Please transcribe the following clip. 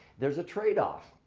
there's a trade-off.